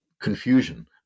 confusion